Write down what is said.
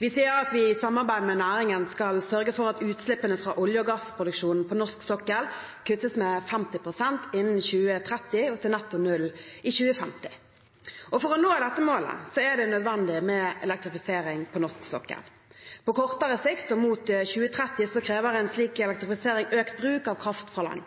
Vi sier at vi i samarbeid med næringen skal sørge for at utslippene fra olje- og gassproduksjonen på norsk sokkel kuttes med 50 pst. innen 2030 og til netto null i 2050. For å nå dette målet er det nødvendig med elektrifisering på norsk sokkel. På kortere sikt og mot 2030 krever slik elektrifisering økt bruk av kraft fra land.